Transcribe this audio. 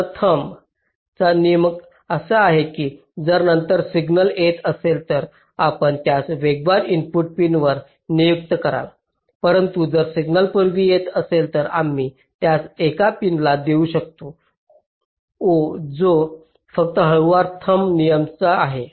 तर थंब चा नियम असा आहे की जर नंतर सिग्नल येत असेल तर आपण त्यास वेगवान इनपुट पिनवर नियुक्त कराल परंतु जर सिग्नल पूर्वी येत असेल तर आम्ही त्यास एका पिनला देऊ शकतो जो फक्त हळूवार थंब चा नियम आहे